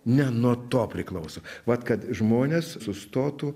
ne nuo to priklauso vat kad žmonės sustotų